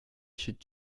should